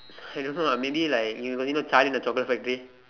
I don't know ah maybe like you know the Charlie and the chocolate factory